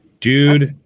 Dude